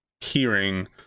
hearing